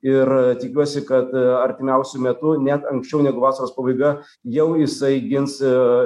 ir tikiuosi kad artimiausiu metu net anksčiau negu vasaros pabaiga jau jisai gins